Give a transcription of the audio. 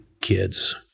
kids